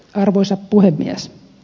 arvoisa puhemies